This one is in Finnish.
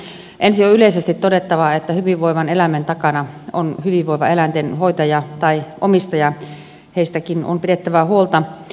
ensin on yleisesti todettava että hyvinvoivan eläimen takana on hyvinvoiva eläinten hoitaja tai omistaja heistäkin on pidettävä huolta